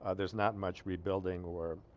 ah there's not much rebuilding or